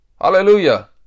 Hallelujah